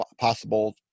possible